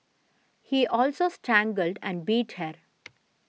he also strangled and beat her